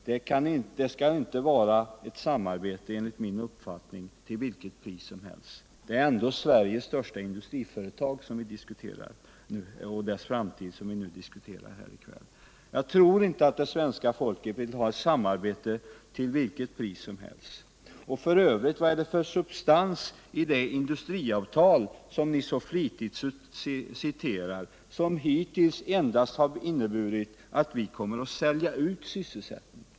Det skall, enligt min uppfattning, inte vara ett samarbete till vilket pris som helst. Vi diskuterar ändå här i kväll Sveriges största industriföretag och dess framtid. Jag tror inte att det svenska folket vill ha ett samarbete till vilket pris som helst. F.ö., vad är det för substans i det industriavtal som ni så flitigt citerar och som hittills endast har inneburit att vi kommer att sälja ut sysselsättning?